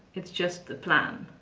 it's just the plan.